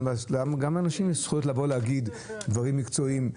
גם לאנשים יש זכות להגיד דברים מקצועיים,